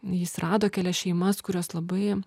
jis rado kelias šeimas kurios labai